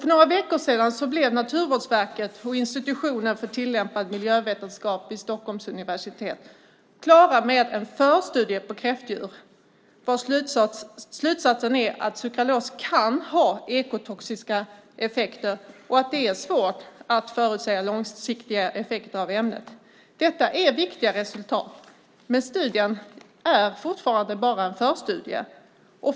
För några veckor sedan blev Naturvårdsverket och institutionen för tillämpad miljövetenskap vid Stockholms universitet klara med en förstudie på kräftdjur. Slutsatsen är att sukralos kan ha ekotoxiska effekter och att det är svårt att förutsäga långsiktiga effekter av ämnet. Detta är viktiga resultat, men studien är fortfarande bara en förstudie.